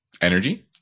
Energy